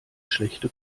schlechte